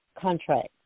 contract